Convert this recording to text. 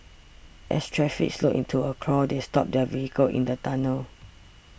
as traffic slowed to a crawl they stopped their vehicle in the tunnel